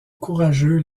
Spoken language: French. courageux